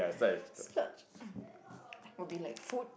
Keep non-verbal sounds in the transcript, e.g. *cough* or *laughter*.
splurge *coughs* will be like food